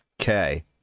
Okay